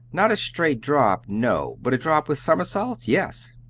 not a straight drop, no but a drop with somersaults, yes.